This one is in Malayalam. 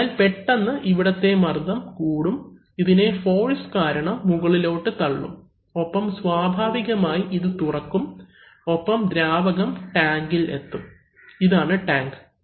അതിനാൽ പെട്ടെന്ന് ഇവിടത്തെ മർദ്ദം കൂടും ഇതിനെ ഫോഴ്സ് കാരണം മുകളിലോട്ട് തള്ളും ഒപ്പം സ്വാഭാവികമായി ഇത് തുറക്കും ഒപ്പം ദ്രാവകം ടാങ്കിൽ എത്തും ഇതാണ് ടാങ്ക്